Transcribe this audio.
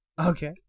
Okay